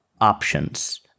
options